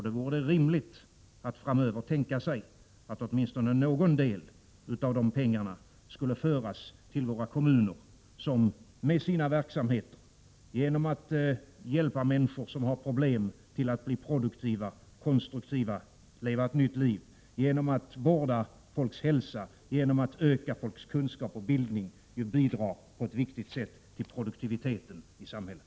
Det vore rimligt att framöver tänka sig att åtminstone någon del av pengarna skulle föras till kommunerna. Kommunerna hjälper i sin verksamhet människor som har problem att bli produktiva och konstruktiva och att leva ett nytt liv. Genom att vårda folks hälsa och genom att öka folks kunskap och bildning bidrar de på ett viktigt sätt till produktiviteten i samhället.